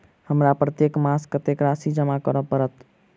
हमरा प्रत्येक मास कत्तेक राशि जमा करऽ पड़त?